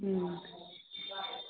हूँ